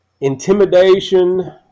Intimidation